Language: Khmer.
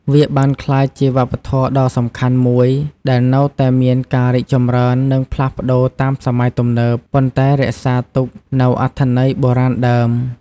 វាបានក្លាយជាវប្បធម៌ដ៏សំខាន់មួយដែលនៅតែមានការរីកចម្រើន និងផ្លាស់ប្ដូរតាមសម័យទំនើប ប៉ុន្តែរក្សាទុកនូវអត្ថន័យបុរាណដើម។